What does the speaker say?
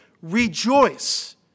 rejoice